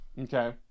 Okay